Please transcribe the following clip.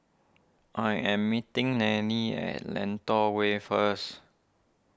I am meeting Nelly at Lentor Way first